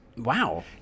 Wow